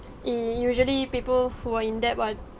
usually people who are in debt are